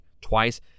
twice